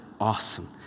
awesome